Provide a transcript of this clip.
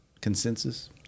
Consensus